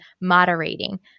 moderating